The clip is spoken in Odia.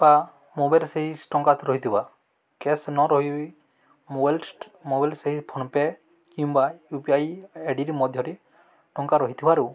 ପା ମୋବାଇଲ୍ ସେହି ଟଙ୍କା ରହିଥିବା କ୍ୟାସ୍ ନ ରହି ମୋବାଇଲ୍ ମୋବାଇଲ୍ର ସେହି ଫୋନ୍ପେ କିମ୍ବା U P I I D ମଧ୍ୟରେ ଟଙ୍କା ରହିଥିବାରୁ